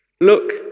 Look